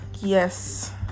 Yes